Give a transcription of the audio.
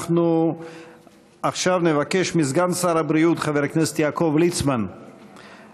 אנחנו עכשיו נבקש מסגן שר הבריאות חבר הכנסת יעקב ליצמן לעלות